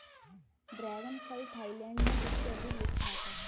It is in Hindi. ड्रैगन फल थाईलैंड में सबसे अधिक विख्यात है